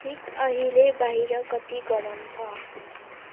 ठिक अहिले बाहिर कति गरम छ